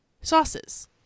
sauces